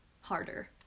harder